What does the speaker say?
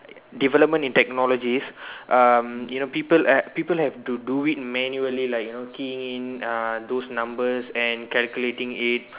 development in technologies um you know people uh people have to do it manually like you know keying in uh those numbers and calculating it